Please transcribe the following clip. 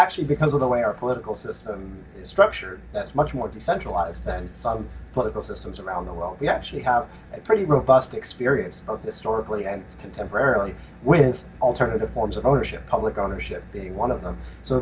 actually because of the way our political system is structured that's much more decentralized than some political systems around the world we actually have a pretty robust experience of historically and contemporarily with alternative forms of ownership public ownership being one of them so